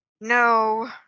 No